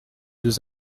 deux